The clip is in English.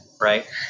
right